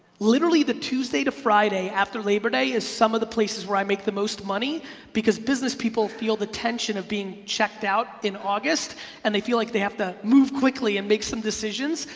literally the tuesday to friday after labor day is some of the places where i make the most money because business people feel the tension of being checked out in august and they feel like they have to move quickly and make some decisions.